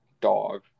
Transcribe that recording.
dog